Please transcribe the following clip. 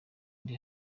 ndi